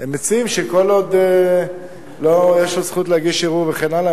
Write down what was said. הם מציעים שכל עוד יש לו זכות להגיש ערעור וכן הלאה,